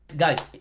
guys,